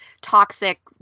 toxic